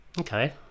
Okay